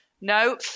No